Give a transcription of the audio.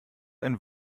ein